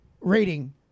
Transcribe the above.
rating